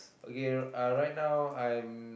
okay uh right now I'm